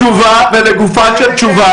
ולגופה של תשובה.